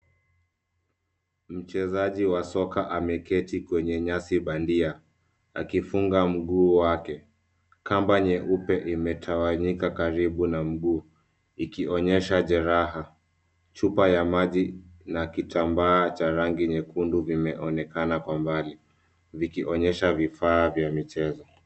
Mchezaji wa soka ameketi kwenye nyasi bandia akifunga mguu wake. Kamba nyeupe imetawanyika karibu na mguu ikionyesha jeraha. Chupa ya maji na kitambaa cha rangi nyekundu vimeonekana kwa mbali vikionyesha vifaa vya michezo.